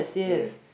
yes